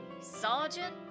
Sergeant